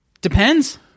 Depends